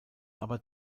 aber